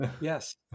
Yes